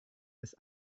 ist